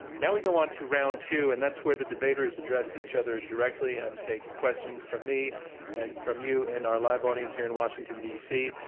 now we go on to round two, and that's where the debaters address each other directly and take questions from me and from you in our live audience here in washington d. c.